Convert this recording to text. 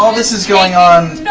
um this is going on,